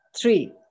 three